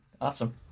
Awesome